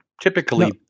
typically